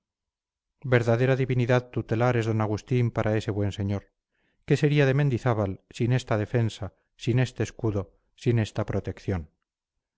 verdadera divinidad tutelar es d agustín para ese buen señor qué sería de mendizábal sin esta defensa sin este escudo sin esta protección